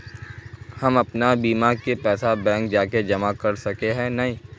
हम अपन बीमा के पैसा बैंक जाके जमा कर सके है नय?